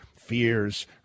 fears